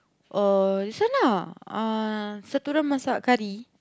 oh this one ah satu orang masak kari